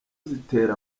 zitera